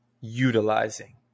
utilizing